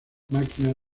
máquinas